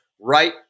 right